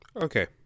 Okay